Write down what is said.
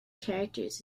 characters